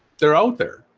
they're out there,